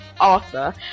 Arthur